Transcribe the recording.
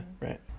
Right